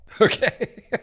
Okay